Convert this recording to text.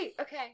Okay